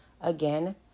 Again